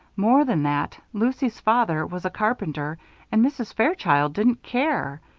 more than that, lucy's father was a carpenter and mrs. fairchild didn't care.